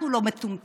אנחנו לא מטומטמים.